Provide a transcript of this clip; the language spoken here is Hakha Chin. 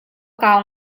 kau